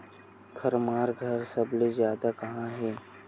form घर सबले जादा कहां हे